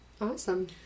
Awesome